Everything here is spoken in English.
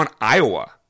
Iowa